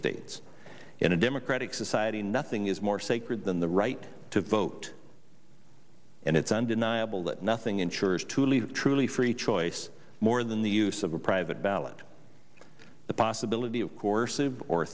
states in a democratic society nothing is more sacred than the right to vote and it's undeniable that nothing insurers to leave truly free choice more than the use of a private ballot the possibility of course of or